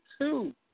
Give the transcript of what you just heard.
two